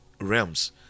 realms